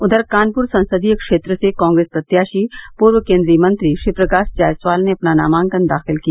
उधर कानपुर संसदीय क्षेत्र से कांग्रेस प्रत्याशी पूर्व केन्द्रीय मंत्री श्रीप्रकाश जायसवाल ने अपना नामांकन दाखिल किया